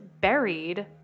buried